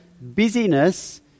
busyness